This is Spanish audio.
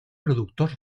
productor